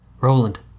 Roland